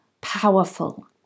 powerful